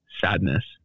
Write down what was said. sadness